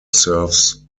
serves